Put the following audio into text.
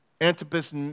Antipas